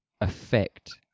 affect